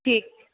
ठीकु